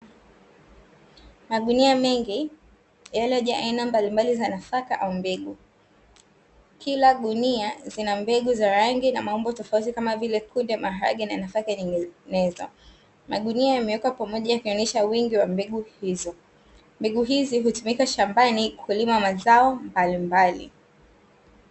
Magunia mengi yaliyojaa aina mbalimbali za nafaka au mbegu, kila gunia lina mbegu za rangi na maumbo tofauti kama kunde, maharage na nafaka nyinginezo, magunia yamewekwa pamoja kuonyesha wingi wa mbegu hizo, mbegu hizi hutumika shambani kulima mazao mbalimbali.